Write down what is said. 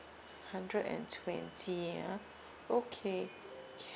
hundred and twenty ah okay